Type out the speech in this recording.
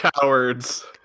cowards